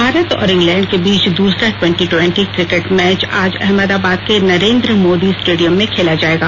भारत और इंग्लैंड के बीच दूसरा ट्वेंटी ट्वेंटी क्रिकेट मैच आज अहमदाबाद के नरेंद्र मोदी स्टेडियम में खेला जाएगा